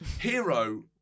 hero